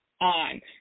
on